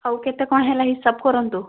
ହେଉ କେତେ କ'ଣ ହେଲା ହିସାବ କରନ୍ତୁ